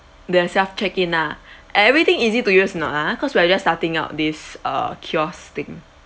the self check-in ah everything easy to use or not ah cause we're just starting out uh this kiosk thing